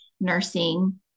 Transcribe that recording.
nursing